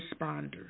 responders